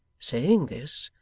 saying this,